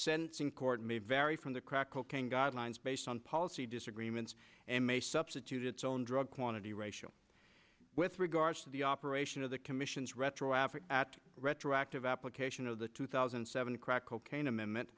sense in court may vary from the crack cocaine guidelines based on policy disagreements and may substitute its own drug quantity ratio with regards to the operation of the commission's retro afric at retroactive application of the two thousand and seven crack cocaine amendment